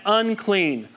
unclean